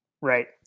right